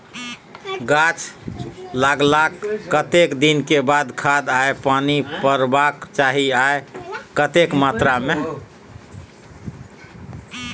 गाछ लागलाक कतेक दिन के बाद खाद आ पानी परबाक चाही आ कतेक मात्रा मे?